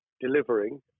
delivering